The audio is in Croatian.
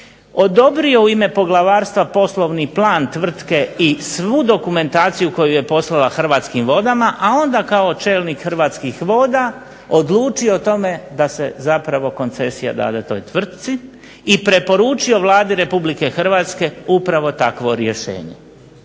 odobrio u ime poglavarstva poslovni plan tvrtke i svu dokumentaciju koju je poslala Hrvatskim vodama, a onda kao čelnik Hrvatskih voda odlučio tome da se zapravo koncesija dade toj tvrtki i preporučio Vladi RH upravo takvo rješenje.